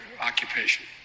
occupation